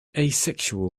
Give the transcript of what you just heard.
asexual